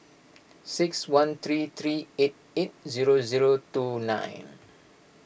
six one three three eight eight zero zero two nine